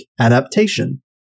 adaptation